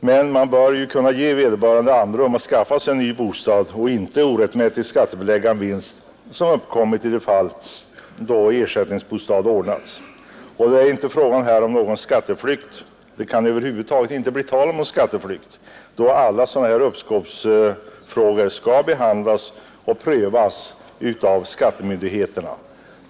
Men man bör kunna ge vederbörande andrum för att skaffa sig en ny bostad, och man bör inte orättvist skattebelägga en vinst som uppkommit i de fall då ersättningsbostad ordnas Det kan över huvud taget inte bli tal om någon skatteflykt, då alla sådana här uppskovsfrågor skall behandlas och prövas av skattemyndigheterna.